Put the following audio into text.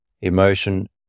emotion